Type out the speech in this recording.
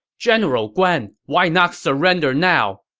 general guan, why not surrender now!